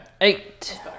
Eight